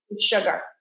sugar